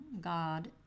God